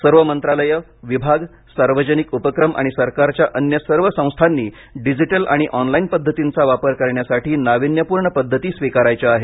सर्व मंत्रालयं विभाग सार्वजनिक उपक्रम आणि सरकारच्या अन्य सर्व संस्थांनी डिजिटल आणि ऑनलाईन पद्धतींचा वापर करण्यासाठी नाविन्यपूर्ण पद्धती स्विकारायच्या आहेत